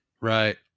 Right